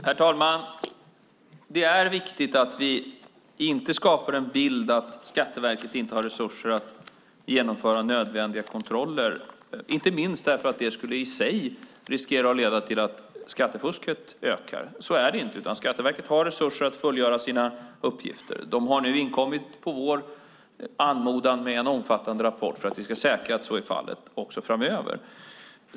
Herr talman! Det är viktigt att vi inte skapar en bild av att Skatteverket inte har resurser att genomföra nödvändiga kontroller, inte minst därför att det i sig skulle riskera att leda till att skattefusket ökar. Så är det inte. Skatteverket har resurser att fullgöra sina uppgifter. Skatteverket har nu, på vår anmodan, inkommit med en omfattande rapport så att vi kan säkra att så är fallet också framöver.